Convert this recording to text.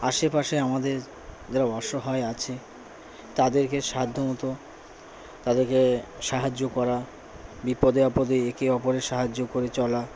আশেপাশে আমাদের যারা অসহায় আছে তাদেরকে সাধ্য মতো তাদেরকে সাহায্য করা বিপদে আপদে একে অপরের সাহায্য করে চলা